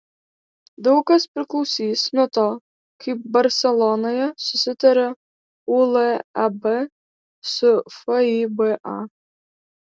daug kas priklausys nuo to kaip barselonoje susitarė uleb su fiba